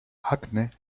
acne